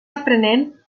aprenent